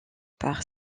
par